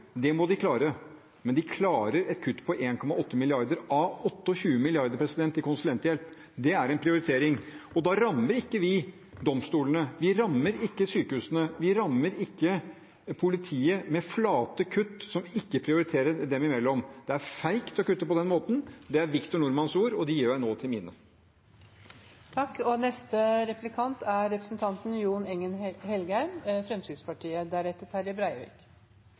Det må de klare, mens de selv ikke klarer et kutt på 1,8 mrd. kr av 28 mrd. kr i konsulenthjelp. Det er en prioritering. Og da rammer ikke vi domstolene, vi rammer ikke sykehusene, vi rammer ikke politiet med flate kutt – vi prioriterer ikke dem imellom. Det er feigt å kutte på den måten. Det er Victor Normans ord, og dem gjør jeg nå til mine. Representanten Gahr Støre sa i sitt innlegg at han er uenig i regjeringens kutt, men må akseptere at det av og